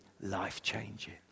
life-changing